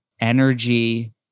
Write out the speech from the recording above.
energy